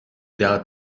dal